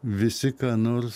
visi ką nors